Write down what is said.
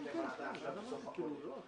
ב"זום",